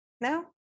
No